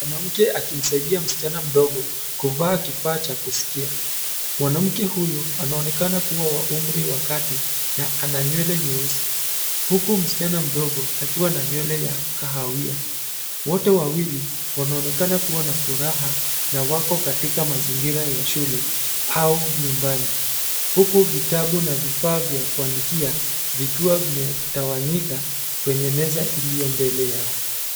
Mwanamke akimsaidia msichana mdogo kuvaa kifaa cha kusikia. Mwanamke huyu anaonekana kuwa wa umri wa kati na ana nywele nyeusi. Huku msichana mdogo akiwa na nywele ya kahawia. Wote wawili wanaonekana kuwa na furaha na wako katika mazingira ya shule au nyumbani. Huku vitabu na vifaa vya kuandikia vikiwa vimetanyawika kwenye meza iliyo mbele yao.